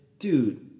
Dude